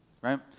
right